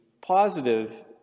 positive